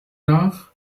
nach